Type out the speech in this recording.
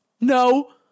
No